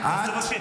נעליך.